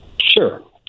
Sure